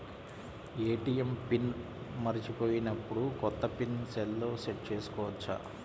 ATM pin మరచిపోయినప్పుడు, కొత్త pin సెల్లో సెట్ చేసుకోవచ్చా?